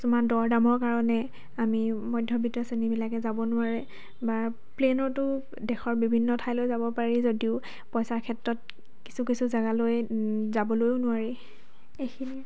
কিছুমান দৰ দামৰ কাৰণে আমি মধ্যবিত্ত শ্ৰেণীবিলাকে যাব নোৱাৰে বা প্লেইনতো দেশৰ বিভিন্ন ঠাইলৈ যাব পাৰি যদিও পইচাৰ ক্ষেত্ৰত কিছু কিছু জাগালৈ যাবলৈও নোৱাৰি এইখিনিয়ে